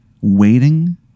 waiting